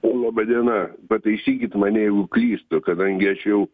laba diena pataisykit mane jeigu klystu kadangi aš jau